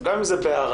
גם אם זה בהערכה,